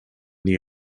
the